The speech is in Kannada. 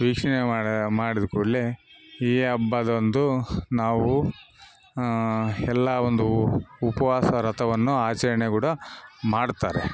ವೀಕ್ಷಣೆ ಮಾಡು ಮಾಡಿದ ಕೂಡಲೇ ಈ ಹಬ್ಬದೊಂದು ನಾವು ಎಲ್ಲ ಒಂದು ಉಪವಾಸ ವ್ರತವನ್ನು ಆಚರಣೆ ಕೂಡ ಮಾಡ್ತಾರೆ